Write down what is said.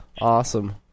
Awesome